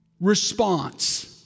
response